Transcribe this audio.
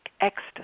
ecstasy